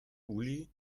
uli